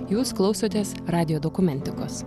jūs klausotės radijo dokumentikos